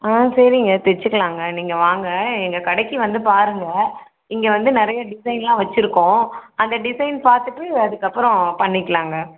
ஆ சரிங்க தச்சிக்கலாங்க நீங்கள் வாங்க எங்கள் கடைக்கு வந்து பாருங்கள் இங்கே வந்து நிறைய டிசைன்லாம் வச்சிருக்கோம் அந்த டிசைன் பார்த்துட்டு அதுக்கப்புறம் பண்ணிக்கலாங்க